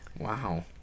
Wow